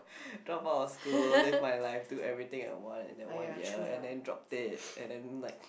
drop out of school live my life do everything I want in that one year and then drop dead and then like